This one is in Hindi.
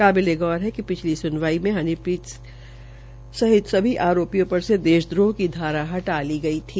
काबिलेगौर है कि पिछली सुनवाई में भी हनीप्रीत सहित सभी आरप्रियों पर से देशद्राक्ष की धारा हटा ली गई थी